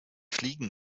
fliegen